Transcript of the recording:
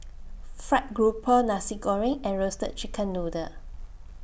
Fried Grouper Nasi Goreng and Roasted Chicken Noodle